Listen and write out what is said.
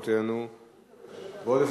בעוד עשר